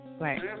Right